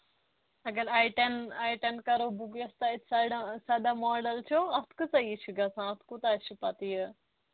اگر آی ٹٮ۪ن آی ٹٮ۪ن کَرو بُک یۄس تۄہہِ سَڑا سَداہ ماڈَل چھُ اَتھ کۭژاہ یہِ چھِ گژھان اَتھ کوٗتاہ چھُ پَتہٕ یہِ